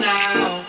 now